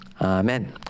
Amen